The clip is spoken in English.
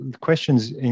questions